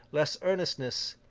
less earnestness,